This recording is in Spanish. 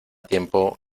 tiempo